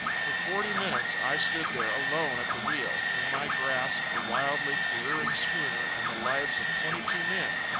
for forty minutes i stood there alone at the wheel, in my grasp the wildly careering schooner and the lives of twenty-two men.